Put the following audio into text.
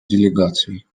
делегации